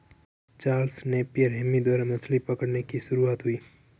Charles Napier हेमी द्वारा मछली पकड़ने की शुरुआत हुई